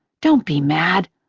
don't be mad.